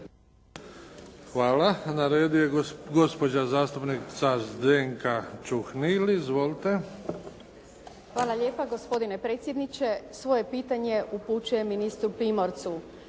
Hvala. Na redu je gospođa zastupnica Zdenka Čuhnil. Izvolite. **Čuhnil, Zdenka (Nezavisni)** Hvala lijepa gospodine predsjedniče. Svoje pitanje upućujem ministru Primorcu.